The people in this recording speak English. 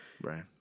Right